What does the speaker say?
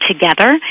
together